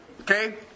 Okay